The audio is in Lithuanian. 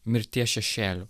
mirties šešėliu